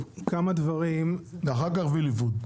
ואחר כך ויליפוד.